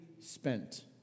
spent